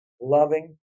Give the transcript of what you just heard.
loving